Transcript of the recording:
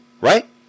right